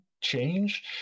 change